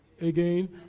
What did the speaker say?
Again